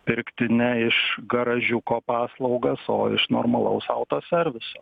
pirkti ne iš garažiuko paslaugas o iš normalaus autoserviso